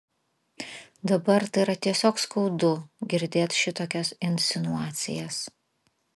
dabar tai yra tiesiog skaudu girdėt šitokias insinuacijas